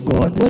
God